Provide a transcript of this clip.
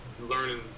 learning